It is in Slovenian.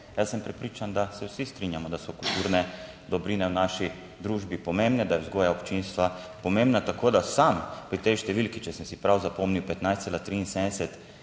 Jaz sem prepričan, da se vsi strinjamo, da so kulturne dobrine v naši družbi pomembne, da je vzgoja občinstva pomembna. Tako da sam pri tej številki, če sem si prav zapomnil, 15,73